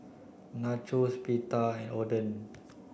Nachos Pita and Oden